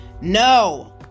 No